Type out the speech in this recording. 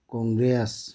Congress